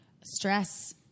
stress